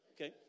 okay